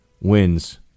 wins